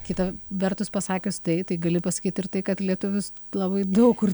kita vertus pasakius tai tai gali pasakyt ir tai kad lietuvius labai daug kur